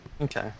Okay